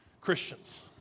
Christians